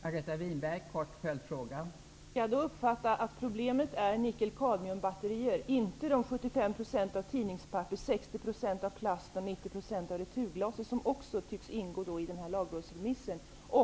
Fru talman! Skall jag då uppfatta det så att problemet är nickel-kadmiumbatterierna och inte de 75 % tidningspapper, 60 % plast och 90 % returglas som också tycks ingå i lagrådsremissen?